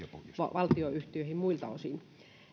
valtionyhtiöihin muilta osin